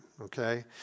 okay